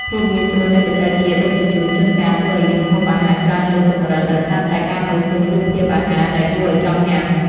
ភាពងាយស្រួលនៃបច្ចេកវិទ្យាដឹកជញ្ជូនជួនកាលធ្វើឲ្យយើងហូបអាហារច្រើនលើសកម្រិតដោយសារតែការមើលឃើញរូបភាពអាហារ ដែលគួរឲ្យចង់ញ៉ាំ។